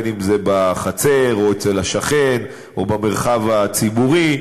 אם בחצר או אצל השכן ואם במרחב הציבורי.